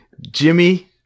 Jimmy